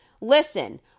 Listen